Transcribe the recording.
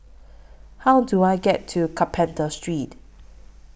How Do I get to Carpenter Street